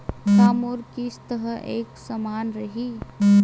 का मोर किस्त ह एक समान रही?